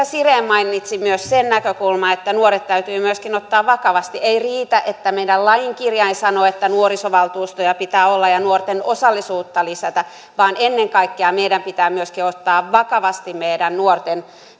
siren mainitsi myös sen näkökulman että nuoret täytyy myöskin ottaa vakavasti ei riitä että meidän lain kirjain sanoo että nuorisovaltuustoja pitää olla ja nuorten osallisuutta lisätä vaan ennen kaikkea meidän pitää myöskin ottaa vakavasti meidän nuorten